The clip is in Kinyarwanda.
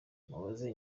mubaze